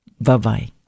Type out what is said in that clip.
Bye-bye